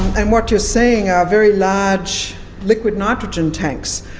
and what you're seeing are very large liquid nitrogen tanks,